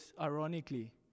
ironically